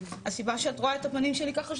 הסיבה שאת רואה את הפנים שלי ככה,